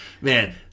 man